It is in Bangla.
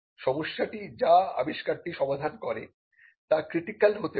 সমস্যাটি যা আবিষ্কারটি সমাধান করে তা ক্রিটিকাল হতে পারে